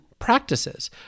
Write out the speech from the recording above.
Practices